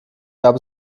gab